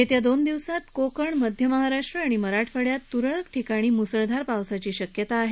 येत्या दोन दिवसात कोकण मध्य महाराष्ट्र आणि मराठवाडयात त्रळक ठिकाणी म्सळधार पावसाची शक्यता आहे